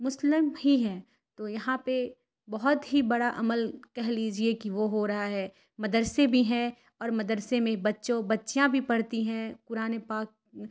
مسلم ہی ہیں تو یہاں پہ بہت ہی بڑا عمل کہہ لیجیے کہ وہ ہو رہا ہے مدرسے بھی ہیں اور مدرسے میں بچوں بچیاں بھی پڑھتی ہیں قرآن پاک